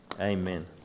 Amen